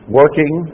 working